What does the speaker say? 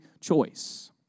choice